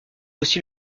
aussi